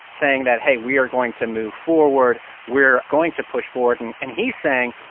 saying that, hey, we are going to move forward we're going to push forward. and and he's saying,